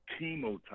chemotype